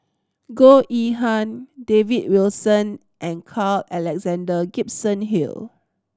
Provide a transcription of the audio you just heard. Goh Yihan David Wilson and Carl Alexander Gibson Hill